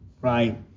right